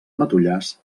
matollars